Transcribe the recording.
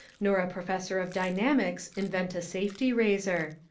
nor a professor of dynamics invent a safety razor.